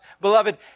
Beloved